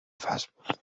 فحسب